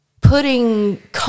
putting